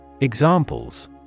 Examples